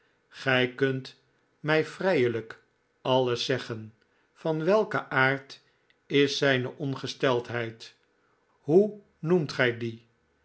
gij kunt mij vrijelijk alles zeggen van welken aard is zijne ongesteldheid hoe noemt gij die